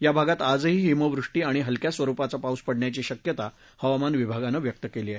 या भागात आजही हिमवृष्टी आणि हलक्या स्वरूपाचा पाऊस पडण्याची शक्यता हवामान विभागानं व्यक्त केली आहे